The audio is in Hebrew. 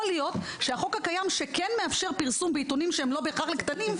יכול להיות שהחוק הקיים שכן מאפשר פרסום בעיתונים שהם לא בהכרח לקטנים,